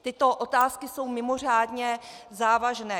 Tyto otázky jsou mimořádně závažné.